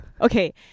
Okay